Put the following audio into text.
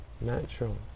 natural